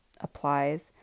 applies